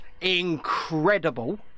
incredible